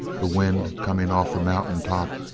the wind, coming off the mountain top,